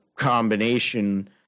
Combination